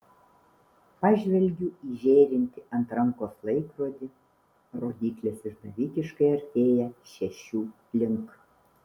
pažvelgiu į žėrintį ant rankos laikrodį rodyklės išdavikiškai artėja šešių link